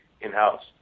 in-house